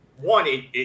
one